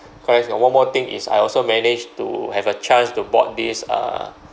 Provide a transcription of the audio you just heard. alright one more thing is I also managed to have a chance to board this uh